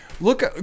Look